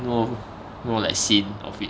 no more like scene of it